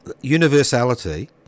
universality